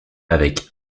avec